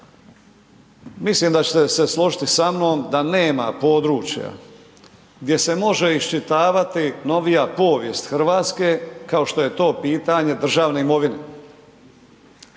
Mislim da ćete se složiti sa mnom da nema područja gdje se može iščitavati novija povijest Hrvatske kao što je to pitanje državne imovine.